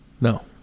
No